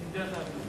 אדוני, אני מודה לך.